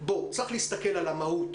שצריך להסתכל על המהות,